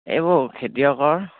এইবোৰ খেতিয়কৰ